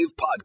Podcast